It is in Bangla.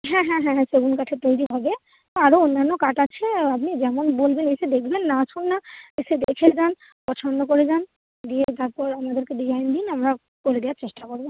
হ্যাঁ হ্যাঁ হ্যাঁ হ্যাঁ সেগুন কাঠের তৈরি হবে আরও অন্যান্য কাঠ আছে আপনি যেমন বলবেন এসে দেখবেন না আসুন না এসে দেখে যান পছন্দ করে যান দিয়ে তারপর আমাদেরকে ডিজাইন দিন আমরা করে দেওয়ার চেষ্টা করবো